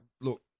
look